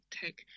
take